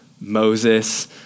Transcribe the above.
Moses